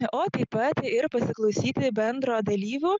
o taip pat ir pasiklausyti bendro dalyvių